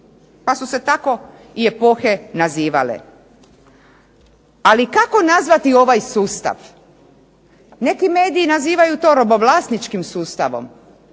pa su se tako i epohe nazivale. Ali kako nazvati ovaj sustav. Neki mediji nazivaju to robovlasničkim sustavom.